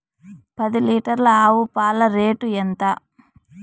పది లీటర్ల ఆవు పాల రేటు ఎంత?